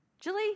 Julie